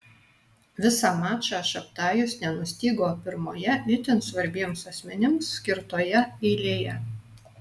visą mačą šabtajus nenustygo pirmoje itin svarbiems asmenims skirtoje eilėje